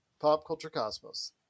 PopCultureCosmos